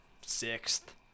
sixth